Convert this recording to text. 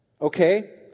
Okay